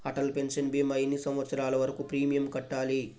Atal pension భీమా ఎన్ని సంవత్సరాలు వరకు ప్రీమియం కట్టాలి?